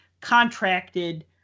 contracted